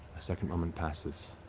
a second moment passes.